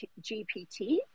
GPT